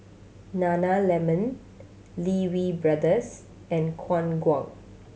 Nana Lemon Lee Wee Brothers and Khong Guan